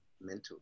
mental